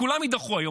כולן יידחו היום.